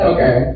Okay